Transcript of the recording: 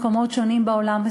במקומות שונים בעולם,